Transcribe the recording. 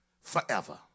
forever